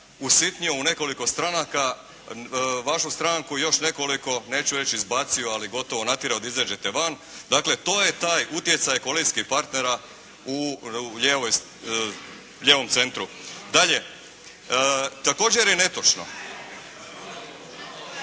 usitnio u nekoliko stranaka, vašu stranku i još nekoliko neću reći izbacio ali gotovo natjerao da izađete van. Dakle, to je taj utjecaj koalicijskih partnera u lijevom centru. Dalje, također je netočno